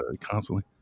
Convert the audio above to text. constantly